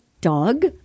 dog